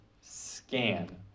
scan